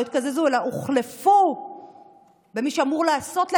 לא התקזזו אלא הוחלפו במי שאמורים לעשות,